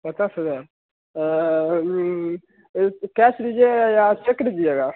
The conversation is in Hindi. पचास हजार कैस लीजिएगा या चेक लीजिएगा